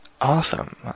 Awesome